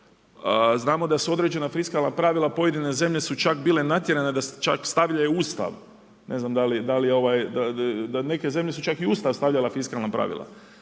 znamo da su određena fiskalna pravila pojedine zemlje su čak bile natjerane da čak stavljaju u Ustav. Ne znam da li je ovaj, da neke zemlje su čak i u Ustav stavljale fiskalna pravila.